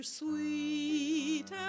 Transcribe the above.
sweet